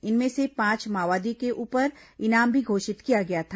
इनमें से पांच माओवादी के ऊपर इनाम भी घोषित किया गया था